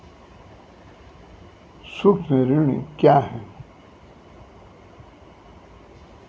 सुक्ष्म ऋण क्या हैं?